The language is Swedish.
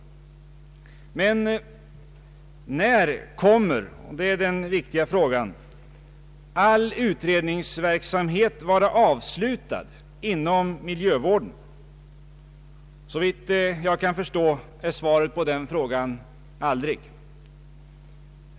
Men den viktiga frågan är: När kommer all utredningsverksamhet att vara avslutad inom miljövården? Såvitt jag kan förstå är svaret på den frågan: aldrig.